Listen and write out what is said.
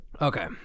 okay